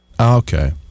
Okay